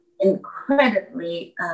incredibly